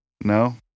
No